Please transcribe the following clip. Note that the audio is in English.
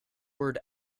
word